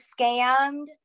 scammed